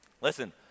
Listen